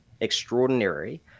extraordinary